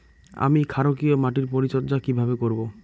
আমি ক্ষারকীয় মাটির পরিচর্যা কিভাবে করব?